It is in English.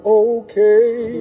okay